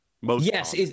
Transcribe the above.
Yes